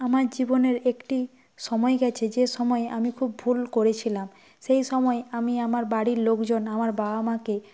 আমার জীবনের একটি সময় গেছে যে সময় আমি খুব ভুল করেছিলাম সেই সময় আমি আমার বাড়ির লোকজন আমার বাবা মাকে